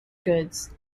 goods